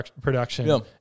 production